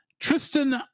Tristan